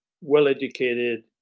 well-educated